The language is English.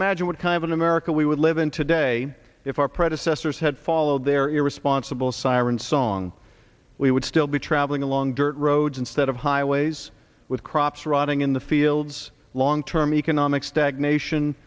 imagine what kind of america we would live in today if our predecessors had followed their irresponsible siren song we would still be traveling in long dirt roads instead of highways with crops rotting in the fields long term economic stagnation